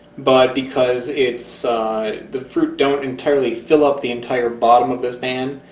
but because it's the fruit don't entirely fill up the entire bottom of this pan.